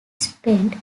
spent